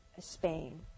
Spain